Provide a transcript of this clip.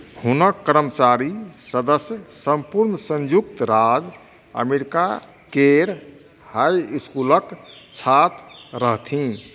हुनक कर्मचारी सदस्य सम्पूर्ण संयुक्त राज्य अमेरिका केर हाइ इसकुलक छात्र रहथि